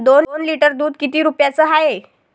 दोन लिटर दुध किती रुप्याचं हाये?